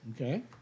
Okay